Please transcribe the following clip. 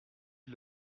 dit